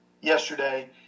yesterday